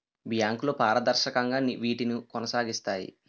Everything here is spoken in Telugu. బ్యాంకులు పారదర్శకంగా వీటిని కొనసాగిస్తాయి